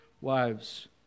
Wives